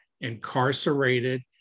incarcerated